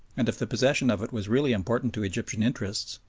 and if the possession of it was really important to egyptian interests,